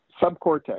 subcortex